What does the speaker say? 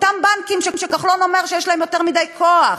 אותם בנקים שכחלון אומר שיש להם יותר מדי כוח,